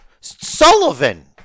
Sullivan